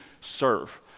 serve